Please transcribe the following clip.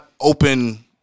open